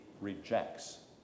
rejects